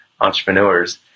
entrepreneurs